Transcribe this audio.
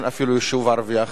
אין אפילו יישוב ערבי אחד.